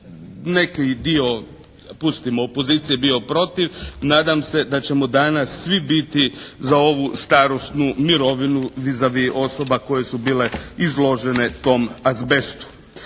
pustimo opozicije bio protiv. Nadam se da ćemo danas svi biti za ovu starosnu mirovinu vis a vis osoba koje su bile izložene tom azbestu.